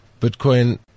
Bitcoin